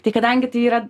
tai kadangi tai yra